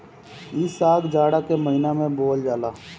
इ साग जाड़ा के महिना में बोअल जाला